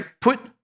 put